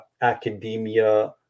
academia